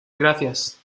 gracias